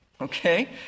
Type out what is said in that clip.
okay